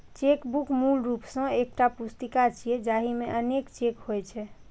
chequebook मूल रूप सं एकटा पुस्तिका छियै, जाहि मे अनेक चेक होइ छै